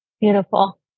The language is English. Beautiful